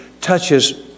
touches